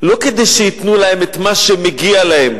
לא כדי שייתנו להם את מה שמגיע להם,